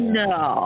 no